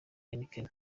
heineken